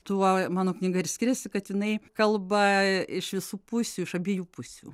tuo mano knyga ir skiriasi kad jinai kalba iš visų pusių iš abiejų pusių